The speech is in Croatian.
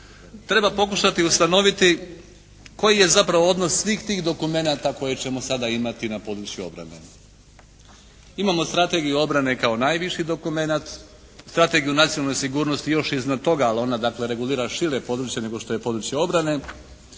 treba pokušati ustanoviti koji je zapravo odnos svih tih dokumenata koje ćemo sada imati na području obrane. Imamo strategiju obrane kao najviši dokumenat, strategiju nacionalne sigurnosti još iznad toga ali ona dakle regulira šire područje nego što je područje obrane.